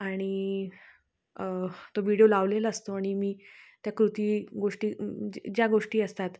आणि तो विडिओ लावलेला असतो आणि मी त्या कृती गोष्टी ज्या ज्या गोष्टी असतात